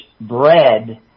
bread